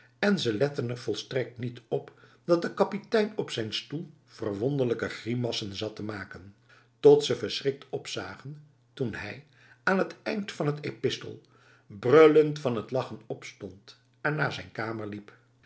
en ze letten er volstrekt niet op dat de kapitein op zijn stoel verwonderlijke grimassen zat te maken tot ze verschrikt opzagen toen hij aan het eind van het epistel brullend van het lachen opstond en naar zijn kamer liep